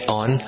on